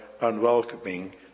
unwelcoming